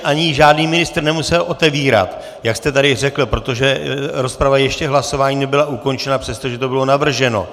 Ani žádný ministr nemusel otevírat, jak jste tady řekl, protože rozprava ještě k hlasování nebyla ukončena, přestože to bylo navrženo.